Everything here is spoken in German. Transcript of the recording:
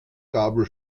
gabel